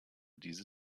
diese